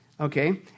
Okay